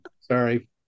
sorry